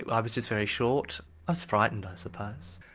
i was just very short i was frightened i suppose.